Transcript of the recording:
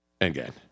Again